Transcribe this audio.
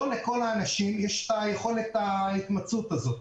לא לכל האנשים יש את יכולת ההתמצאות הזאת.